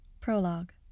Prologue